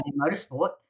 motorsport